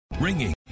Ringing